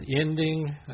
ending